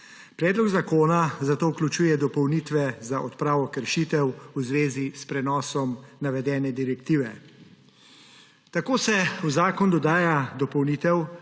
Predlog zakona zato vključuje dopolnitve za odpravo kršitev v zvezi s prenosom navedene direktive. Tako se v zakon dodaja dopolnitev,